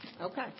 Okay